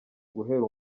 guhera